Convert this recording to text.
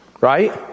Right